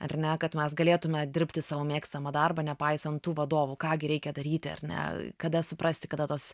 ar ne kad mes galėtume dirbti savo mėgstamą darbą nepaisant tų vadovų ką gi reikia daryti ar ne kada suprasti kada tos